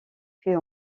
puis